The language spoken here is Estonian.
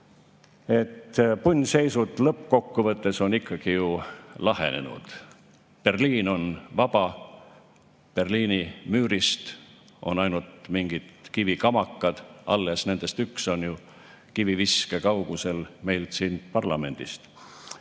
et punnseisud lõppkokkuvõttes on ikkagi ju lahenenud. Berliin on vaba. Berliini müürist on ainult mingid kivikamakad alles. Nendest üks on ju kiviviske kaugusel meil siin parlamendist.